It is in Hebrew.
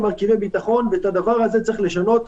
מרכיבי ביטחון ואת הדבר הזה צריך לשנות.